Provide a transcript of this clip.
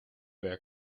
werk